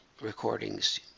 recordings